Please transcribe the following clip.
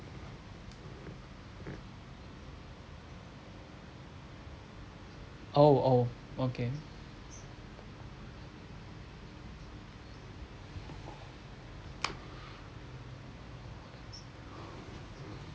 oh oh okay